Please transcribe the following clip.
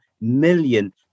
million